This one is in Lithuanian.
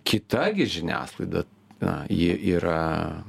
kita žiniasklaida na ji yra